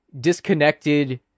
disconnected